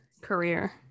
career